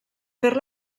fer